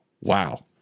wow